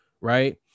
right